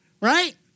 right